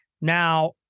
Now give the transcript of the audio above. Now